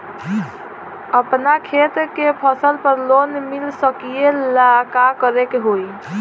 अपना खेत के फसल पर लोन मिल सकीएला का करे के होई?